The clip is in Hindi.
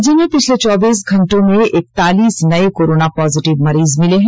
राज्य में पिछले चौबीस घंटों में एकतालीस नये कोरोना पॉजिटिव मरीज मिले हैं